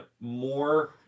more